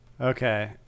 Okay